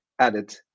added